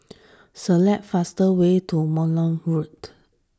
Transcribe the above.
select fast way to Narooma Road